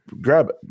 grab